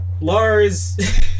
Lars